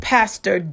Pastor